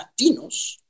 Latinos